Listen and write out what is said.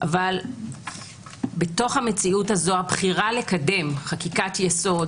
אך בתוך המציאות הזו הבחירה לקדם חקיקת יסוד